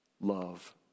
Love